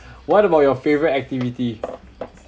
what about your favourite activity